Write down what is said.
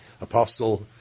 Apostle